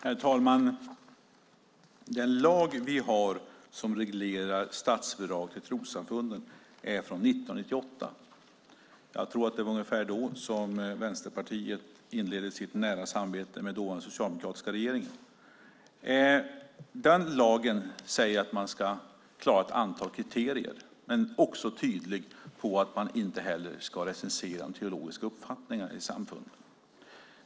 Herr talman! Den lag vi har som reglerar statsbidrag till trossamfund är från 1998. Jag tror att det var ungefär då Vänsterpartiet inledde sitt nära samarbete med den dåvarande socialdemokratiska regeringen. Den lagen säger att samfunden ska klara ett antal kriterier, men är också tydlig med att man inte ska recensera de teologiska uppfattningarna i samfunden.